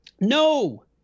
No